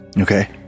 Okay